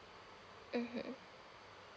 mmhmm